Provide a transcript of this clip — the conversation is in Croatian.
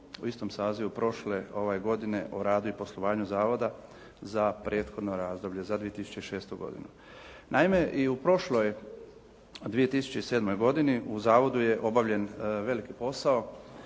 u istom sazivu prošle godine o radu i poslovanju zavoda za prethodno razdoblje, za 2006. godinu. Naime i u prošloj 2007. godinu, u zavodu je obavljen veliki posao